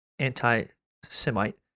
anti-Semite